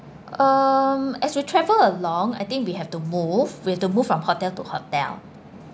um as we travel along I think we have to move we have to move from hotel to hotel